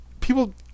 people